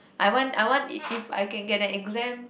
I want I want if I can get an exam